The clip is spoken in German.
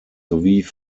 sowie